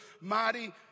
mighty